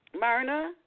Myrna